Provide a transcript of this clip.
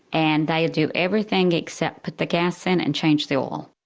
and they do everything except put the gas in and change the oil.